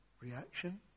reaction